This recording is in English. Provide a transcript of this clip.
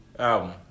album